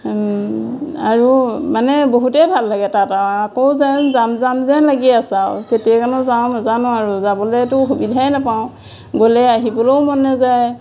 আৰু মানে বহুতেই ভাল লাগে তাত আকৌ যেন যাম যাম যেন লাগি আছে আৰু কেতিয়ানো যাওঁ নেজানো আৰু যাবলেতো সুবিধাই নাপাওঁ গ'লে আহিবলেও মন নাযায়